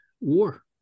war